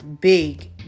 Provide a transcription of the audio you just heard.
big